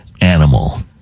animal